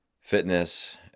fitness